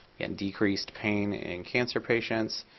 and decreased pain in cancer patients.